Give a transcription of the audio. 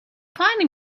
find